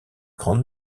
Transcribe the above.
grande